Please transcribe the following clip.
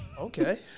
Okay